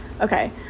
Okay